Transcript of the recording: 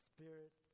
Spirit